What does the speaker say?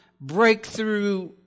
Breakthrough